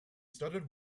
started